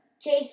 Chase